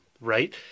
Right